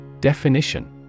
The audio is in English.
Definition